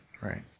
right